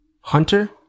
Hunter